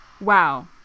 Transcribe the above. Wow